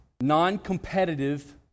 non-competitive